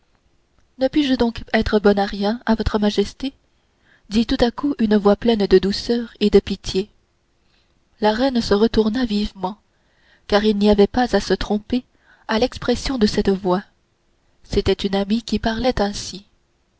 ne puis-je donc être bonne à rien à votre majesté dit tout à coup une voix pleine de douceur et de pitié la reine se retourna vivement car il n'y avait pas à se tromper à l'expression de cette voix c'était une amie qui parlait ainsi